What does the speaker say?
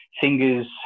fingers